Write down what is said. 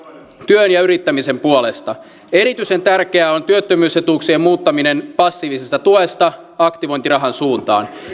työn ja yrittämisen puolesta erityisen tärkeää on työttömyysetuuksien muuttaminen passiivisesta tuesta aktivointirahan suuntaan